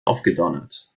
aufgedonnert